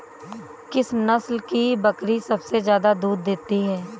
किस नस्ल की बकरी सबसे ज्यादा दूध देती है?